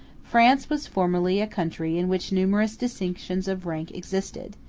france was formerly a country in which numerous distinctions of rank existed,